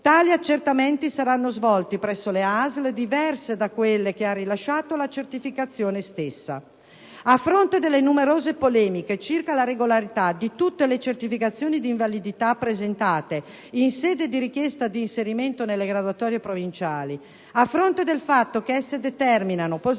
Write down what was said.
Tali accertamenti saranno svolti presso ASL diverse da quella che ha rilasciato la certificazione stessa. A fronte delle numerose polemiche circa la regolarità di tutte le certificazioni di invalidità presentate in sede di richiesta di inserimento nelle graduatorie provinciali e del fatto che esse determinano posizioni